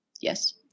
Yes